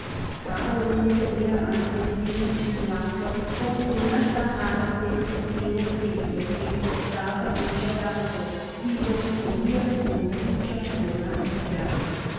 uno tenia ante si un plato con una tajada de tocino frito que cortaba en pedazos y los comia con mucha voracidad